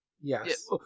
Yes